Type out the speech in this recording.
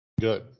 good